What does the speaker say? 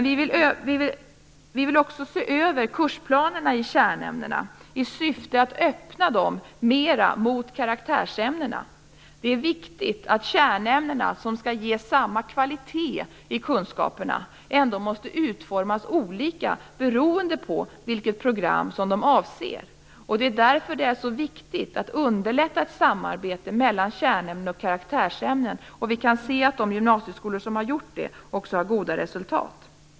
Vi vill också se över kursplanerna i kärnämnena, i syfte att öppna dem mera mot karaktärsämnena. Det är viktigt att kärnämnena, som skall ge samma kvalitet i kunskaperna, måste utformas olika beroende på vilket program som de avser. Det är därför det är så viktigt att underlätta ett samarbete mellan kärnämnen och karaktärsämnen. Vi kan se att de gymnasieskolor som har gjort det också har goda resultat.